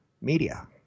Media